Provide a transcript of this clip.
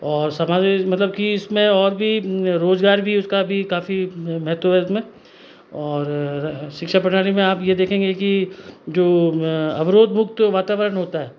और समारे मतलब की इसमें और भी रोजगार भी उसका भी काफ़ी महत्व है उसमें और शिक्षा प्रणाली में आप यह देखेंगे के जो अवरोध मुक्त वातावरण होता है